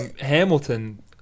Hamilton